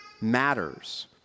matters